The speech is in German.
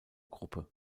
gruppe